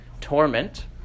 torment